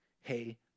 hey